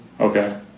Okay